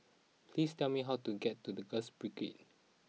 please tell me how to get to the Girls Brigade